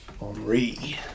Henri